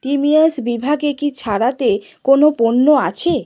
টিমিওস বিভাগে কি ছাড়েতে কোনও পণ্য আছে